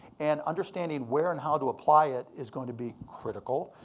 and understanding where and how to apply it is going to be critical,